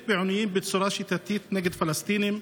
בעינויים בצורה שיטתית נגד פלסטינים,